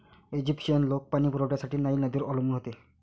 Egyptian लोक पाणी पुरवठ्यासाठी नाईल नदीवर अवलंबून होते